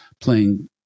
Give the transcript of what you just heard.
playing